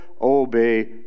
obey